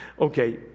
Okay